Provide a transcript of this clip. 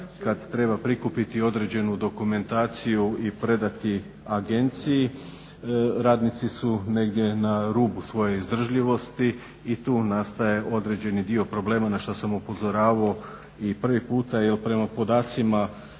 kada treba prikupiti određenu dokumentaciju i predati agenciji radnici su negdje na rubu svoje izdržljivosti i tu nastaje određeni dio problema na što sam upozoravao i prvi puta jel prema podacima